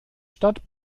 stadt